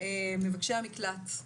מבקשי המקלט.